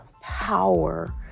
power